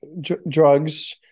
drugs